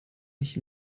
nicht